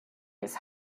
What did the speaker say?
his